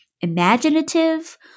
imaginative